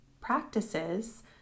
practices